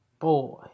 Boy